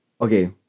Okay